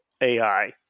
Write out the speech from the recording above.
AI